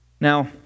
Now